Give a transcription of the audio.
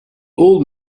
old